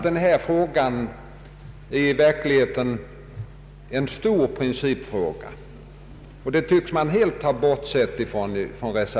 Denna fråga är i verkligheten en stor principfråga, och det tycks reservanterna helt ha bortsett från.